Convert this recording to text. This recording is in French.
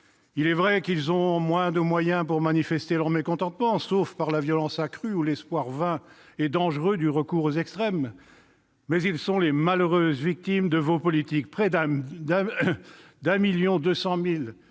Il est vrai qu'ils ont moins de moyens pour manifester leur mécontentement, sauf par la violence accrue ou l'espoir vain et dangereux du recours aux extrêmes. Ils sont les malheureuses victimes de vos politiques. Près de 1,2 million de chômeurs